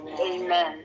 Amen